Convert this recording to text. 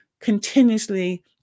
continuously